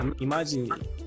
imagine